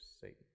Satan